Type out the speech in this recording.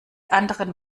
anderen